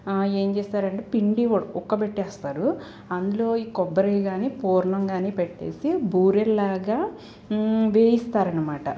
ఏం చేశారంటే పిండి ఉడక ఉక్కపెట్టేస్తారు అందులో ఈ కొబ్బరి కానీ పూర్ణం కానీ పెట్టేసి బూరెల్లాగా వేయిస్తారనమాట